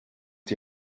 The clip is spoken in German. die